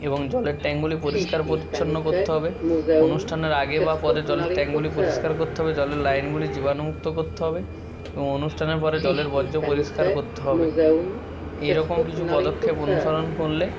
এবং জলের ট্যাঙ্কগুলি পরিষ্কার পরিচ্ছন্ন করতে হবে অনুষ্ঠানের আগে বা পরে জলের ট্যাঙ্কগুলি পরিষ্কার করতে হবে জলের লাইনগুলি জীবাণুমুক্ত করতে হবে এবং অনুষ্ঠানের পরে জলের বর্জ্য পরিষ্কার করতে হবে এই রকম কিছু পদক্ষেপ অনুসরণ করলে